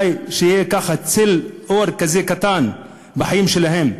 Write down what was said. שיהיה ככה צל אור כזה קטן בחיים שלהם.